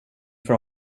för